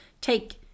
take